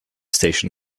station